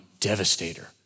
devastator